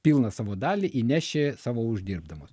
pilną savo dalį įneši savo uždirbdamas